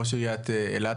ראש עיריית אילת,